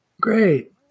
great